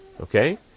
okay